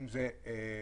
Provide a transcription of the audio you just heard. אם זה באכיפה.